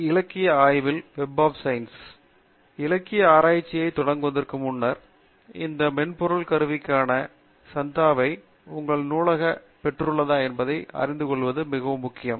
இலக்கிய ஆராய்ச்சியை தொடங்குவதற்கு முன்னர் இந்த மென்பொருள் கருவிக்கான சந்தாவைப் உங்கள் நூலகம் பெற்றுள்ளதா என்பதை அறிந்து கொள்வது மிகவும் முக்கியம்